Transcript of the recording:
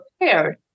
prepared